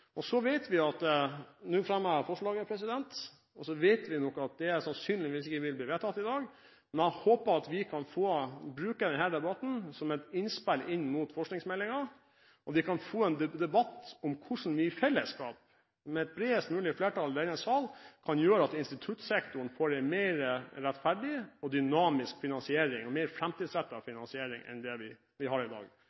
Nå fremmer jeg forslaget – og så vet vi nok at det sannsynligvis ikke vil bli vedtatt i dag. Men jeg håper at vi kan bruke denne debatten som et innspill inn mot forskningsmeldingen, og at vi kan få en debatt om hvordan vi i fellesskap, med et bredest mulig flertall i denne sal, kan gjøre at instituttsektoren får en mer rettferdig og dynamisk finansiering, en mer